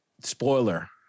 spoiler